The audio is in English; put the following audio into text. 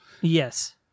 yes